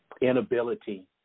inability